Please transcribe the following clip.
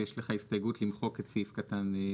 אז יש לך הסתייגות למחוק את סעיף קטן (ג).